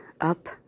up